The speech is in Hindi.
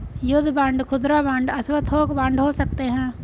युद्ध बांड खुदरा बांड अथवा थोक बांड हो सकते हैं